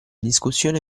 discussione